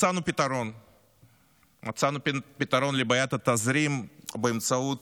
מצאנו פתרון לבעיית התזרים באמצעות